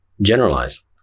generalize